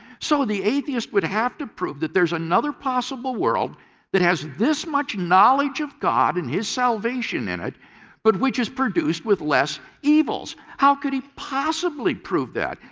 so the atheist would have to prove that there is another possible world that has this much knowledge of god and his salvation in it but which is produced with less evils. how could he possibly prove that?